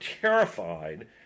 terrified